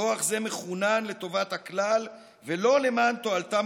כוח זה מכונן לטובת הכלל ולא למען תועלתם